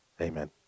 Amen